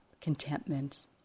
contentment